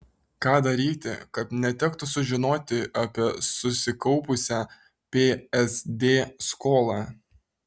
ką daryti kad netektų sužinoti apie susikaupusią psd skolą